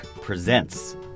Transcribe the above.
Presents